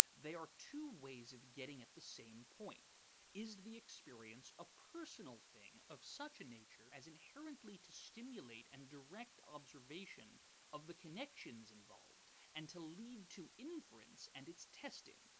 they are two ways of getting at the same point is the experience a personal thing of such a nature as inherently to stimulate and direct observation of the connections involved, and to lead to inference and its testing?